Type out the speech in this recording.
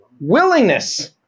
Willingness